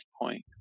point